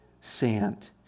sand